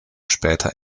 später